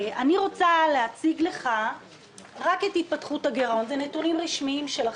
אני רוצה להציג לך רק את התפתחות הגרעון זה נתונים רשמיים שלכם.